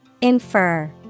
Infer